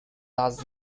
does